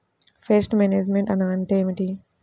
Pest management అంటే ఏమిటి?